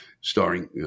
starring